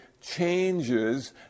changes